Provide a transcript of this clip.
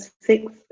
six